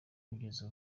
kugeza